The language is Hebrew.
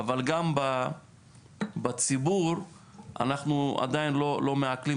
אבל גם בציבור אנחנו עדייו לא מעכלים